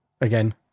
again